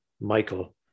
Michael